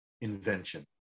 invention